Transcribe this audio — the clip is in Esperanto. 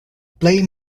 plej